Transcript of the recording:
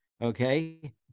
Okay